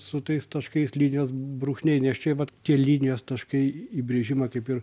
su tais taškais linijos brūkšniai nes čia vat tie linijos taškai įbrėžimą kaip ir